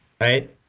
Right